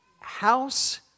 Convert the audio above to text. House